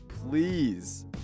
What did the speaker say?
Please